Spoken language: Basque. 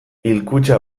hilkutxa